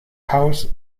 house